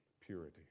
purity